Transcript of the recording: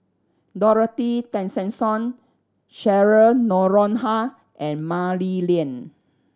Dorothy Tessensohn Cheryl Noronha and Mah Li Lian